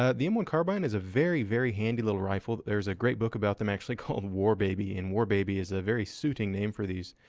ah the m one carbine is a very very handy little rifle. there's a great book about them actually called war baby, and war baby is a very suiting name for these.